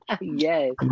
Yes